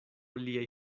liaj